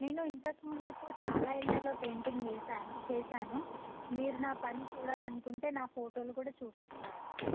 నేను ఇంతకుముందు చాలా ఇళ్ళలో పెయింటింగ్ వేసాను చేశాను మీరు నా పని చూడాలనుకుంటే నా ఫోటోలు కూడా చూపిస్తాను